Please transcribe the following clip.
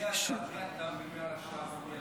מי התם ומי הרשע ומי